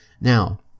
Now